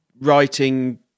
writing